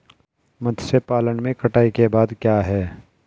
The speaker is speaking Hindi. मत्स्य पालन में कटाई के बाद क्या है?